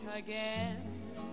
Again